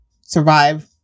survive